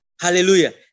Hallelujah